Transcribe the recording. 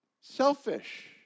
selfish